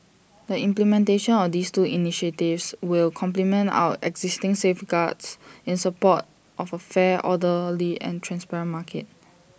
the implementation of these two initiatives will complement our existing safeguards in support of A fair orderly and transparent market